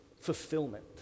fulfillment